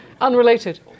Unrelated